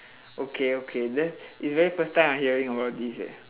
okay okay that's it's very first time I hearing about this eh